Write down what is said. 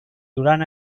duran